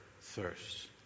thirst